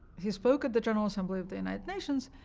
he spoke at the general assembly of the united nations,